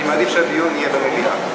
אני מעדיף שהדיון יהיה במליאה.